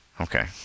Okay